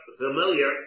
familiar